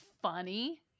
funny